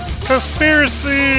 Conspiracy